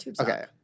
okay